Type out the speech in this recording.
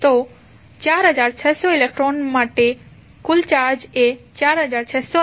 તો 4600 ઇલેક્ટ્રોન માટે કુલ ચાર્જ એ 4600 નો 1